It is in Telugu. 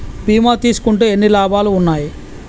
బీమా తీసుకుంటే ఎన్ని లాభాలు ఉన్నాయి?